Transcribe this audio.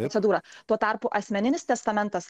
procedūrą tuo tarpu asmeninis testamentas